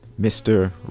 Mr